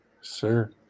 sir